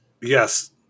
Yes